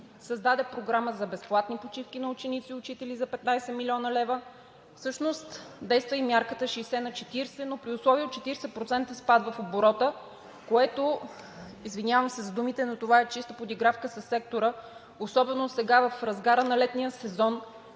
Създаде програма за безплатни почивки на ученици и учители за 15 млн. лв., всъщност действа и мярката 60/40, но при условия на 40% спад в оборота, което, извинявам се за думите, но това е чиста подигравка със сектора, особено сега в разгара на летния сезон,